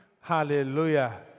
Hallelujah